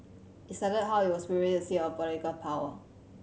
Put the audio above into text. it cited how it was previously a seat of political power